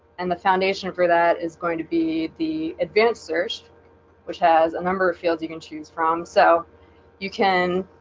and the foundation for that is going to be the advanced search which has a number of fields you can choose from so you can